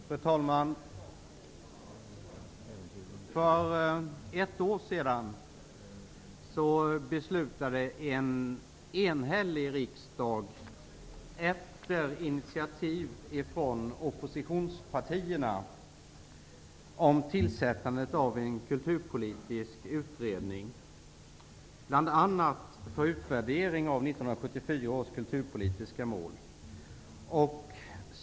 Fru talman! För ett år sedan beslutade en enhällig riksdag efter initiativ från oppositionspartierna om tillsättandet av en kulturpolitisk utredning bl.a. för utvärdering av 1974 års kulturpolitiska mål.